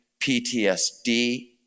ptsd